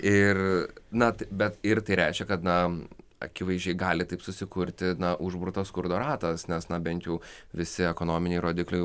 ir na bet ir tai reiškia kad na akivaizdžiai gali taip susikurti užburto skurdo ratas nes na bent jau visi ekonominiai rodikliai